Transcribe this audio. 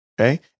Okay